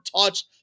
touch